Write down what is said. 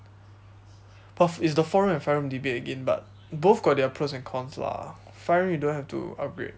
but f~ it's the four room and five room debate again but both got their pros and cons lah five room you don't have to upgrade